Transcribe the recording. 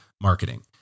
marketing